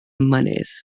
mynydd